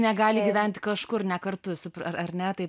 negali gyventi kažkur ne kartu su ar ne taip